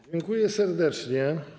Dziękuję serdecznie.